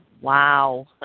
Wow